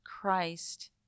Christ